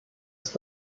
ist